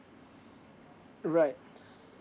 alright